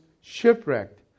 shipwrecked